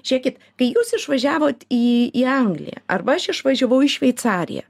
žiūrėkit kai jūs išvažiavot į į angliją arba aš išvažiavau į šveicariją